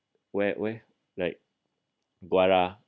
where where like gwara